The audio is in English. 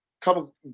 couple